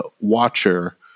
watcher